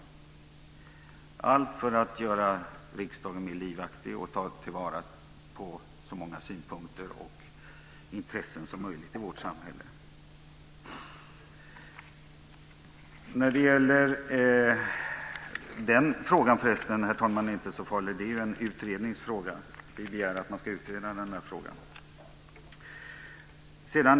Detta bör ske för att göra riksdagen mer livaktig och för att ta till vara så många synpunkter och intressen som möjligt i vårt samhälle. Denna fråga är förresten inte så farlig, herr talman. Den är ju en utredningsfråga. Vi begär att man ska utreda den här frågan.